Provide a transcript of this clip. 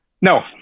no